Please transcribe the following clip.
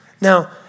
Now